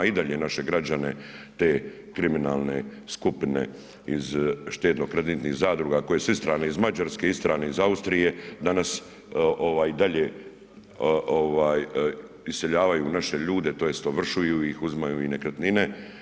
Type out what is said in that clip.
I dalje naše građane te kriminalne skupine iz štednokreditnih zadruga koje su isterani iz Mađarske, isterani iz Austrije danas i dalje iseljavaju naše ljude tj. ovršuju ih oduzimaju im nekretnine.